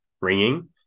ringing